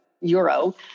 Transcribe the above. Euro